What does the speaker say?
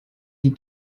die